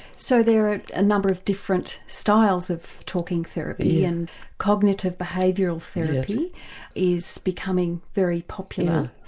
so there are a number of different styles of talking therapy, and cognitive behavioural therapy is becoming very popular.